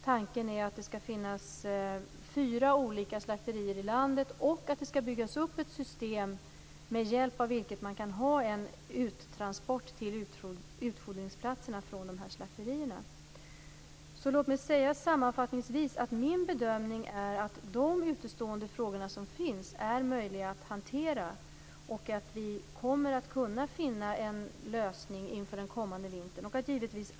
Tanken är att det skall finnas fyra olika slakterier i landet och att det skall byggas upp ett system med hjälp av vilket man kan ha en uttransport till utfodringsplatserna från de här slakterierna. Låt mig sammanfattningsvis säga att min bedömning är att de utestående frågor som finns är möjliga att hantera och att vi kommer att kunna finna en lösning inför den kommande vintern.